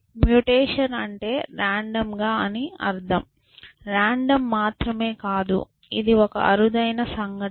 mutation అంటే రాండమ్గా అని అర్థం రాండమ్ మాత్రమే కాదు ఇది ఒక అరుదైన సంఘటన